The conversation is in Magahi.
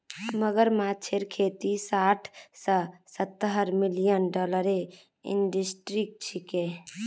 मगरमच्छेर खेती साठ स सत्तर मिलियन डॉलरेर इंडस्ट्री छिके